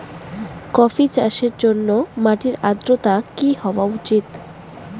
Coffee চাষের জন্য মাটির আর্দ্রতা কি হওয়া উচিৎ?